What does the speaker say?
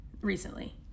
recently